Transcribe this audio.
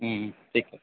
ঠিক আছে